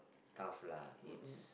though lah it's